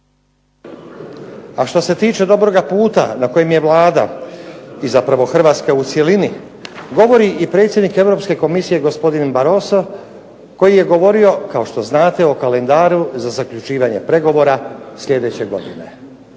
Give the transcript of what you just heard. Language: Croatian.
a što se tiče dobroga puta na kojem je Vlada i zapravo Hrvatska u cjelini, govori i predsjednik Europske komisije gospodin Barroso koji je govorio, kao što znate, o kalendaru za zaključivanje pregovora sljedeće godine.